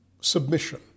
submission